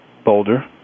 Boulder